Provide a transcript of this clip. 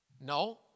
No